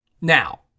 Now